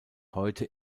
heute